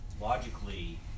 logically